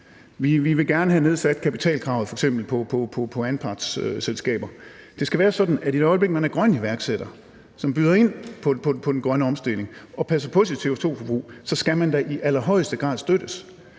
f.eks. gerne have nedsat kapitalkravet på anpartsselskaber. Det skal være sådan, at i det øjeblik man som grøn iværksætter byder ind på den grønne omstilling og passer på sit CO2-forbrug, skal man da i allerhøjeste grad støttes.